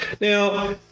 Now